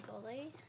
bully